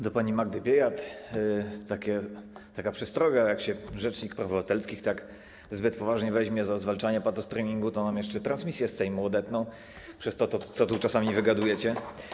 Do pani Magdy Biejat taka przestroga: jak się rzecznik praw obywatelskich tak zbyt poważnie weźmie za zwalczanie patostreamingu, to nam jeszcze transmisję z Sejmu odetną przez to, co tu czasami wygadujecie.